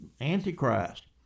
Antichrist